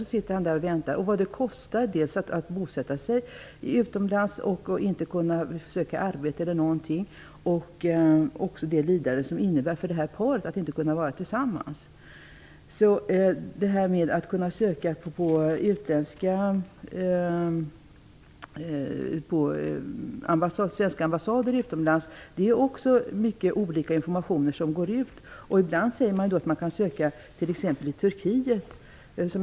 Sedan sitter han där och väntar. Tänk vad det kostar att bosätta sig utomlands, att inte kunna söka arbete eller någonting, och vilket lidande det innebär för det här paret att inte kunna vara tillsammans. Det går också ut mycket olika information om att kunna söka på svenska ambassader utomlands. Ibland säger man att det går att söka i t.ex. Turkiet.